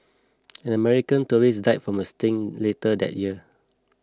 an American tourist died from a sting later that year